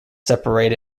separate